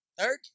Third